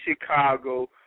Chicago